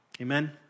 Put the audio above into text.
Amen